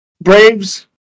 Braves